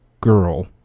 girl